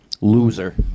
Loser